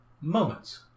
moments